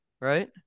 right